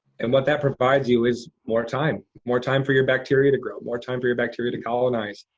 and what that provides you is more time, more time for your bacteria to grow, more time for your bacteria to colonize.